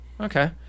okay